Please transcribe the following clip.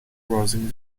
crossing